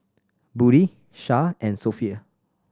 Budi Shah and Sofea